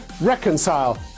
reconcile